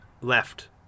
left